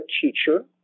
teacher